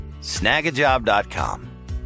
Snagajob.com